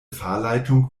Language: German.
fahrleitung